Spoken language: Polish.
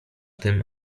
tym